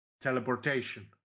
Teleportation